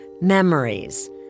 memories